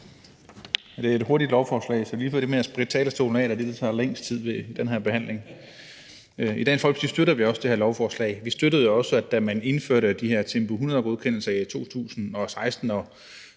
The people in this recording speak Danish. Det er et enkelt lovforslag, så det der med at spritte talerstolen af er det, der tager længst tid under den her behandling. I Dansk Folkeparti støtter vi også det her lovforslag. Vi støttede det også, da man indførte de her Tempo 100-godkendelser i 2016.